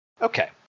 Okay